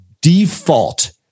default